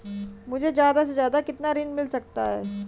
मुझे ज्यादा से ज्यादा कितना ऋण मिल सकता है?